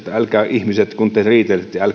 älkää ihmiset kun te riitelette